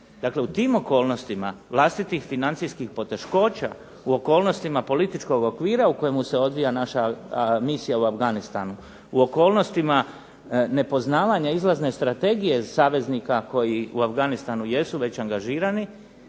Dakle, u tim okolnostima vlastitih financijskih poteškoća, u okolnostima političkog okvira u kojemu se odvija naša misija u Afganistanu, u okolnostima nepoznavanja izlazne strategije saveznika koji u Afganistanu jesu već angažirani